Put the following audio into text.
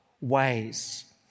ways